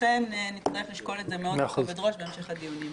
ולכן נצטרך לשקול את זה מאוד בכובד ראש בהמשך הדיונים.